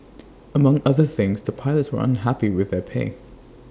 among other things the pilots were unhappy with their pay